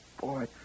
boy